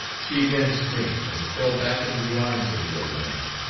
she again screamed, and fell back into the arms of the old man.